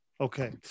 okay